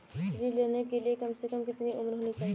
ऋण लेने के लिए कम से कम कितनी उम्र होनी चाहिए?